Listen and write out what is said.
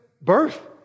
birth